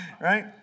right